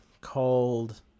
called